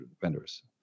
vendors